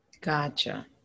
Gotcha